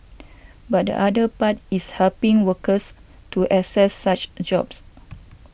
but the other part is helping workers to access such jobs